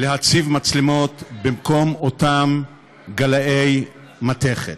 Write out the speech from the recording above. להציב מצלמות במקום אותם גלאי מתכת.